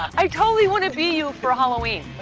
i totally want to be you for halloween.